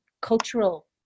cultural